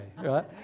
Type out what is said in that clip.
right